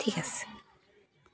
ঠিক আছে